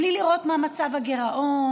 בלי לראות מה מצב הגירעון,